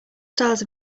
styles